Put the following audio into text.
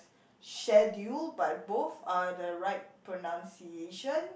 schedule but both are the right pronunciation